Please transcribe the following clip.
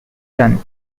son